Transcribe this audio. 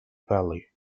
valley